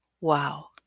Wow